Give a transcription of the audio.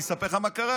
אני אספר לך מה קרה: